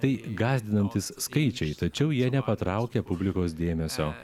tai gąsdinantys skaičiai tačiau jie nepatraukia publikos dėmesio